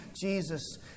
Jesus